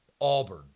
Auburn